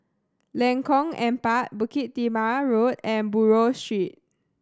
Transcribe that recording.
Lengkong Empat Bukit Timah Road and Buroh Street